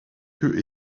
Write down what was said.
queue